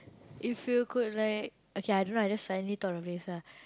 if you could like okay I don't know I just suddenly thought of this ah